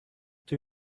two